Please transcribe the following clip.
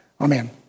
Amen